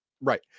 Right